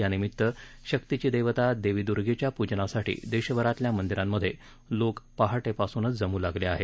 यानिमितानं शक्तीची देवता देवी दुर्गेच्या पूजनासाठी देशभरातल्या मंदीरांमध्ये लोक पहाटेपासूनच जमू लागले आहेत